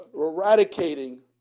eradicating